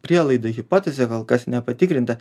prielaida hipotezė kol kas nepatikrinta